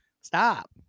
Stop